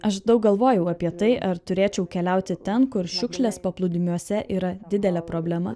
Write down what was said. aš daug galvojau apie tai ar turėčiau keliauti ten kur šiukšlės paplūdimiuose yra didelė problema